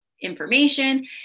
information